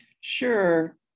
Sure